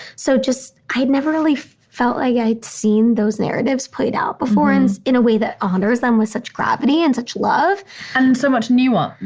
so just i had never really felt like i'd seen those narratives played out before. and in a way that honors them with such gravity and such love and so much nuance,